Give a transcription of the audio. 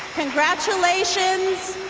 congratulations,